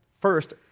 first